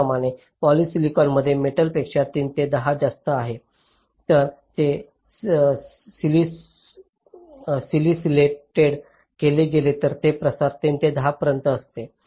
त्याचप्रमाणे पॉलिसिलिकॉन मध्ये मेटल पेक्षा 3 ते 10 जास्त आहे जर ते सिलीसीडेड केले गेले तर ते प्रसार 3 ते 10 पर्यंत असते